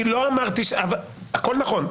הכול נכון.